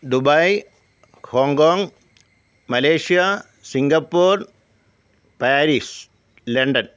Dubai Hong Kong Malaysia Singapore Paris London